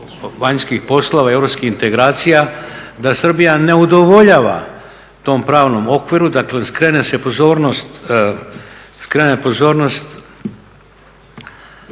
vanjskih poslova i europskih integracija da Srbija ne udovoljava tom pravnom okviru, daklem skrene se pozornost Ministarstvo